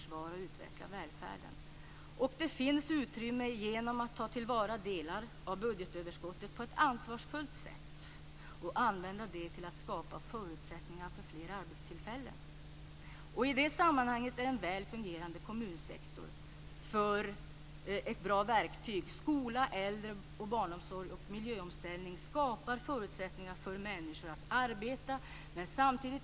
Och det finns utrymme genom att man kan ta till vara delar av budgetöverskottet på ett ansvarsfullt sätt och använda detta till att skapa förutsättningar för fler arbetstillfällen. I det sammanhanget är en väl fungerande kommunsektor ett bra verktyg. Skola, äldre och barnomsorg samt miljöomställning skapar förutsättningar för människor att arbeta.